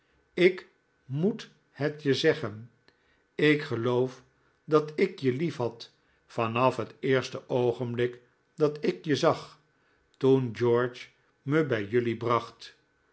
ik moet het je zeggen ik geloof dat ik je liefhad vanaf het eerste oogenblik dat ik je zag toen george me bij jelui bracht